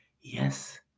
Yes